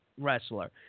wrestler